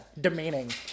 Demeaning